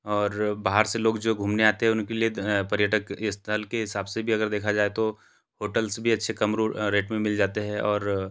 और बाहर से लोग जो घूमने आते हैँ उनके लिए भी पर्यटक स्थल के हिसाब से भी अगर देखा जाए तो होटल्स भी अच्छे कम रेट में मिल जाते हैँ और